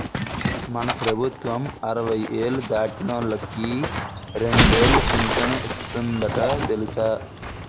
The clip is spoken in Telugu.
మన ప్రభుత్వం అరవై ఏళ్ళు దాటినోళ్ళకి రెండేలు పింఛను ఇస్తందట తెలుసా